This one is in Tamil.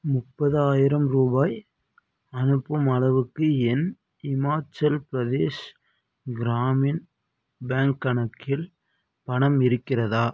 முப்பதாயிரம் ரூபாய் அனுப்பும் அளவுக்கு என் இமாச்சல் பிரதேஷ் கிராமின் பேங்க் கணக்கில் பணம் இருக்கிறதா